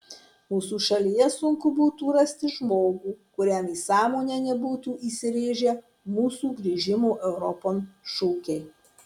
mūsų šalyje sunku būtų rasti žmogų kuriam į sąmonę nebūtų įsirėžę mūsų grįžimo europon šūkiai